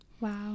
Wow